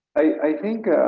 i think